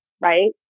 right